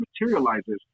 materializes